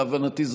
להבנתי,